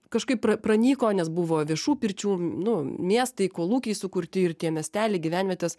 kažkaip pra pranyko nes buvo viešų pirčių nu miestai kolūkiai sukurti ir tie miesteliai gyvenvietės